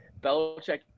Belichick